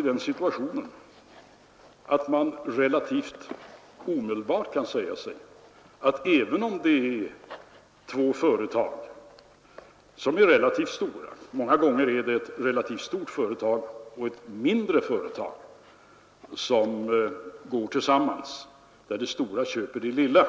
Även om två relativt stora företag fusioneras — många gånger är det ett relativt stort företag och ett mindre företag som går tillsammans i och med att det stora företaget köper det lilla